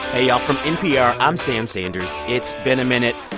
hey, y'all. from npr, i'm sam sanders. it's been a minute.